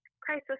crisis